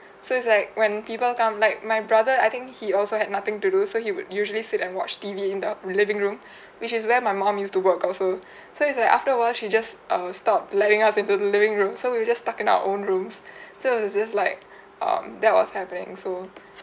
so it's like when people come like my brother I think he also had nothing to do so he would usually sit and watch T_V in the living room which is where my mom used to work also so it's like afterward she just err stopped letting us into the living room so we were just stuck in our own rooms so it was just like um that was happening so